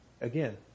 again